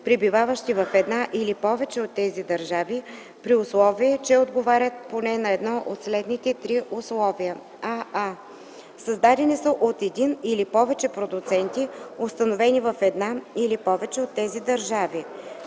пребиваващи в една или повече от тези държави, при условие че отговарят поне на едно от следните три условия: аа) създадени са от един или повече продуценти, установени в една или повече от тези държави;